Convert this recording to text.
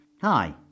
Hi